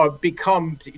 become